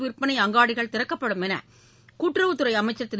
விற்பனை அங்காடிகள் திறக்கப்படும் என கூட்டுறவுத்துறை அமைச்சர் திரு